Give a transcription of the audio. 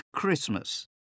Christmas